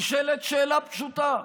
נשאלת שאלה פשוטה: